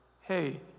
hey